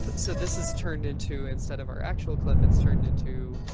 but so this is turned into instead of our actual clip, it's turned into